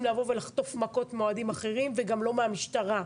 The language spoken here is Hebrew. לבוא ולחטוף מכות מאוהדים אחרים וגם לא מהמשטרה.